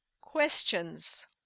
Questions